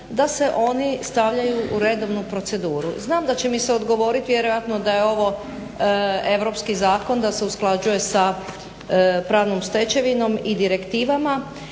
da se oni stavljaju u redovnu proceduru. Znam da će mi se odgovorit vjerojatno da je ovo europski zakon, da se usklađuje sa pravnom stečevino i direktivama